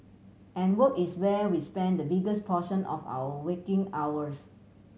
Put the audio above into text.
and work is where we spend the biggest portion of our waking hours